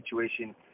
situation